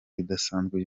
idasanzwe